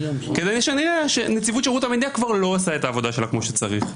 כי כנראה נציבות שירות המדינה כבר לא עושה את העבודה שלו כמו שצריך.